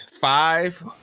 five